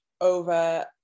over